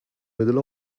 middle